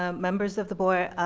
ah members of the board,